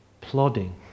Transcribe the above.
plodding